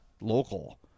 local